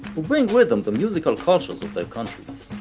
who bring with them the musical cultures of their countries.